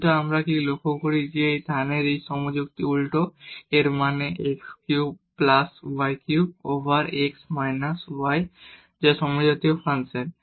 কিন্তু আমরা কি লক্ষ্য করি যে এই তানের এই যুক্তি উল্টো এর মানে হল x cube plus y cube over x minus y যা একটি সমজাতীয় ফাংশন